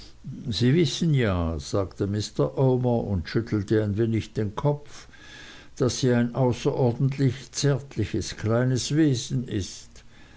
sie wissen ja sagte mr omer und schüttelte ein wenig den kopf daß sie ein anßerordentlich zärtliches kleines wesen ist